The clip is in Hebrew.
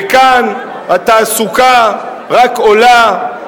וכאן התעסוקה רק עולה,